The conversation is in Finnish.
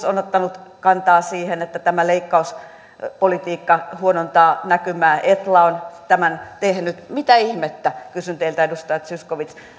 on ottanut kantaa siihen että tämä leikkauspolitiikka huonontaa näkymää etla on tämän tehnyt mitä ihmettä kysyn teiltä edustaja zyskowicz